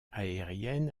aériennes